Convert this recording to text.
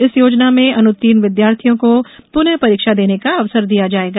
इस योजना में अनुत्तीर्ण विद्यार्थियों को पुनः परीक्षा देने का अवसर दिया जाएगा